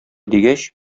дигәч